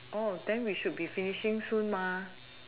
oh then we should be finishing soon mah